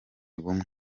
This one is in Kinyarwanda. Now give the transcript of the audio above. bumwe